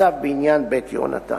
הצו בעניין "בית יהונתן".